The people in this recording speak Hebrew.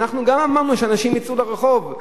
אנחנו גם אמרנו שאנשים יצאו לרחוב.